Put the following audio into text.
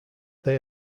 they